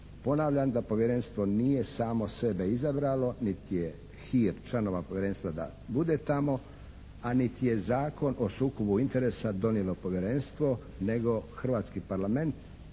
Ponavljam da povjerenstvo nije samo sebe izabralo niti je hir članova povjerenstva da bude tamo a niti je Zakon o sukobu interesa donijelo povjerenstvo nego hrvatski parlament